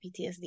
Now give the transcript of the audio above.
ptsd